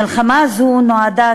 מלחמה זו נועדה,